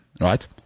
right